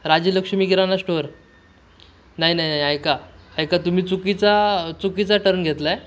Rajlakshmi Kirana store नाही नाही नाही ऐका ऐका तुम्ही चुकीचा चुकीचा टर्न घेतला आहे